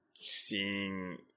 seeing